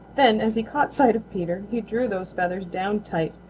then as he caught sight of peter he drew those feathers down tight,